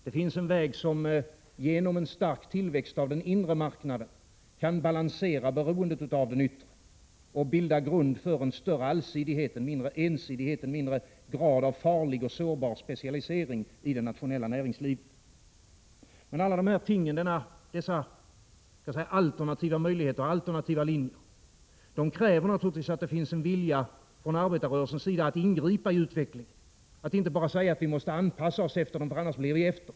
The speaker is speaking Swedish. Det finns en väg som genom en stark tillväxt av den inre marknaden kan balansera beroendet av den yttre och bilda grund för en större allsidighet, en mindre ensidighet och en mindre grad av farlig och sårbar specialisering i det nationella näringslivet. Men alla dessa alternativa möjligheter och linjer kräver naturligtvis att det finns en vilja hos oss inom arbetarrörelsen att ingripa i utvecklingen och inte bara säga att vi måste anpassa oss till den eftersom vi annars blir efter.